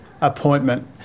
appointment